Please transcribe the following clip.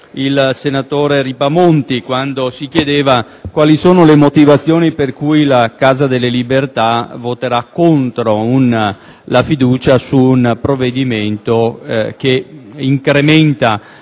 dal senatore Ripamonti che chiedeva quali sono le motivazioni per cui la Casa delle Libertà voterà contro la fiducia su un provvedimento che incrementa